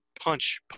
Punch